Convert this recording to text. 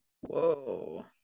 Whoa